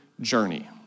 journey